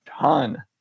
ton